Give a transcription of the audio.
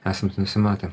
esam nusimatę